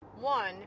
One